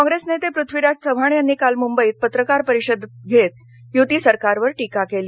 कॉंग्रेस नेते पृथ्वीराज चव्हाण यांनी काल मंबईत पत्रकार परिषद घेत यूती सरकारवर टीका केली